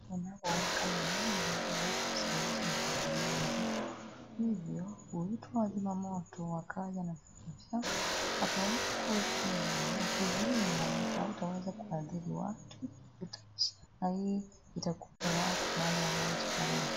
kunapowaka mahali inaweza kusababisha madhara mingi kwa hivyo ita wazima moto wakaja ili uzimwe , ikizimwa hautaweza kuadhiri watu na itakuwa ni raha kwa wale wanao